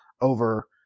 over